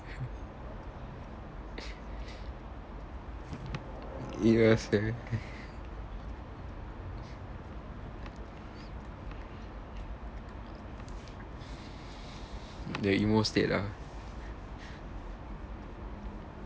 ya sia the emo state ah